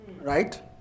Right